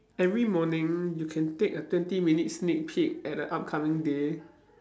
every morning you can take a twenty minutes sneak peek at the upcoming day